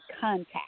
contact